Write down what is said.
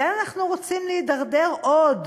לאן אנחנו רוצים להידרדר עוד,